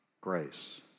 grace